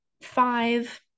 five